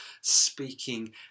speaking